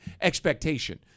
expectation